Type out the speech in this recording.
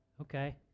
Okay